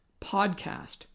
podcast